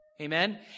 Amen